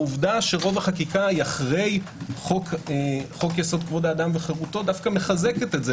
העובדה שרוב החקיקה היא אחרי חוק יסוד: כבוד האדם וחירותו מחזקת את זה.